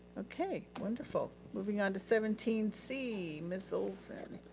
okay, wonderful. moving on to seventeen c. ms. olsen.